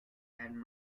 and